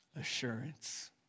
assurance